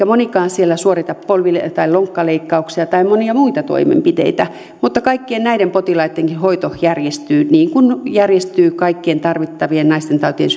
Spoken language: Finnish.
monikaan siellä suorita polvi tai lonkkaleikkauksia tai monia muita toimenpiteitä mutta kaikkien näidenkin potilaitten hoito järjestyy niin kuin järjestyy kaikkien tarvittavien naistentautien